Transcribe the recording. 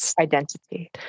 identity